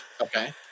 Okay